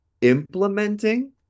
implementing